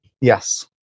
Yes